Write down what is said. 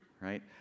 right